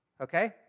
okay